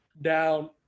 down